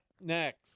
Next